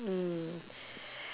mm